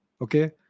Okay